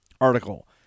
article